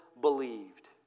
believed